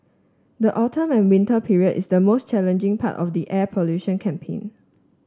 the autumn and winter period is the most challenging part of the air pollution campaign